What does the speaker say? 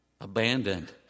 abandoned